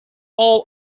all